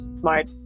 smart